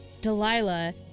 Delilah